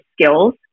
skills